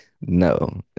no